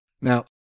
Now